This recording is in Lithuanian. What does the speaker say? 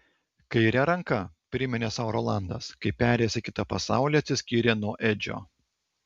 kaire ranka priminė sau rolandas kai perėjęs į kitą pasaulį atsiskyrė nuo edžio